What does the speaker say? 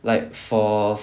like for